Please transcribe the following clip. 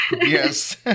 Yes